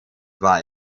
war